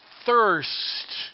thirst